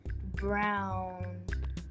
brown